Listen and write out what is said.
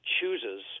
chooses